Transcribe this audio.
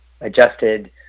adjusted